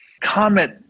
comment